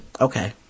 Okay